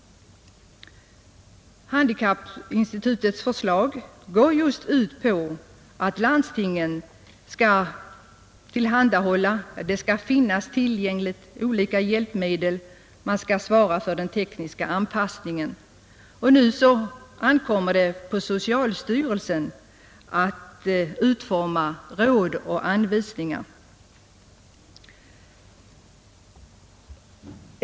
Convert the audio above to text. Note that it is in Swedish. Handikappinstitutets förslag innebär att hjälpmedelsorganisationen skall ansvara för att olika hjälpmedel finns tillgängliga och även svara för den tekniska anpassningen. Socialstyrelsen kommer att utforma råd och anvisningar.